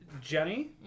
Jenny